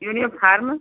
uniform